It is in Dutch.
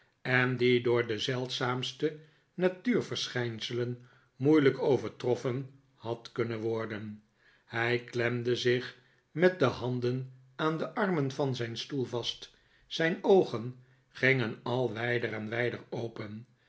en die door de zeldzaamste natuurverschijnselen moeilijk overtroffen had kunnen worden hij klemde zich met de handen aan de armen van zijn stoel vast zijn oogen gingen al wijder en wijder open